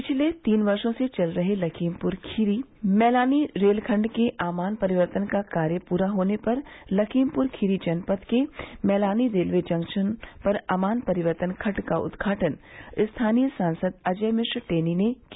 पिछले तीन वर्षो से चल रहे लखीमपुर मैलानी रेल खंड के आमान परिवर्तन का कार्य पूरा होने पर लखीमपुर खीरी जनपद के मैलानी रेलवे जंक्शन पर आमान परिवर्तित खंड का उदघाटन स्थानीय सांसद अजय मिश्र टेनी ने किया